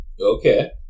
Okay